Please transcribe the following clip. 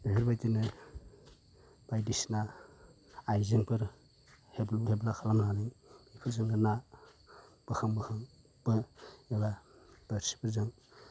बेफोरबायदिनो बायदिसिना आइजेंफोर हेबलु हेबला खालामनानै बेफाेरजाेंनाे ना बोखां बोखां बो जेला बोरसिफोरजों